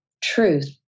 truth